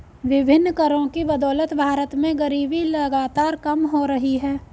विभिन्न करों की बदौलत भारत में गरीबी लगातार कम हो रही है